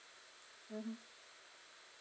mmhmm